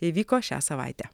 įvyko šią savaitę